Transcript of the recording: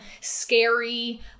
scary